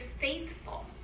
faithful